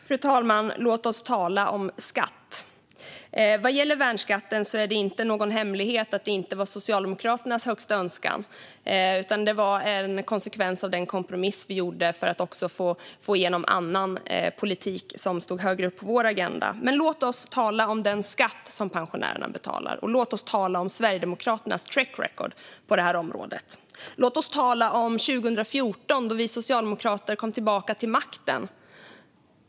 Fru talman! Låt oss tala om skatt. Vad gäller borttagandet av värnskatten är det inte någon hemlighet att det inte var Socialdemokraternas högsta önskan. Det var en konsekvens av den kompromiss som vi gjorde för att få igenom annan politik som stod högre upp på vår agenda. Men låt oss tala om den skatt som pensionärerna betalar, och låt oss tala om Sverigedemokraternas track record på detta område. Låt oss tala om 2014 då vi socialdemokrater kom tillbaka till makten.